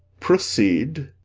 proceed.